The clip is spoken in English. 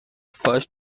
first